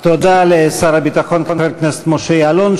תודה לשר הביטחון חבר הכנסת משה יעלון.